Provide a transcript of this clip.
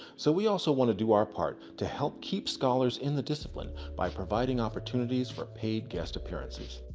so we also want to do our part to help keep scholars in the discipline by providing opportunities for paid guest appearances.